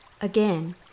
Again